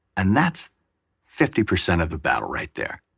and that's fifty percent of the battle right there